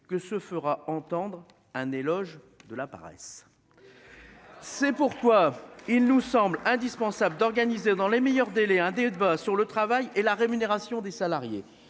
que se fera entendre un éloge de la paresse. C'est pourquoi il nous semble indispensable d'organiser dans les meilleurs délais un débat sur le travail et la rémunération des salariés,